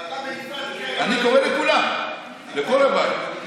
אני קורא לכולם, לכל הבית.